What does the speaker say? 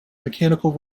mechanical